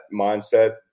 mindset